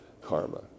karma